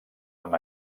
amb